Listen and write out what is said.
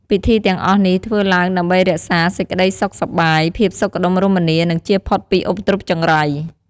ពិធីទាំងអស់នេះធ្វើឡើងដើម្បីរក្សាសេចក្តីសុខសប្បាយ ភាពសុខដុមរមនា និងជៀសផុតពីឧបទ្រពចង្រៃ។